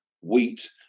wheat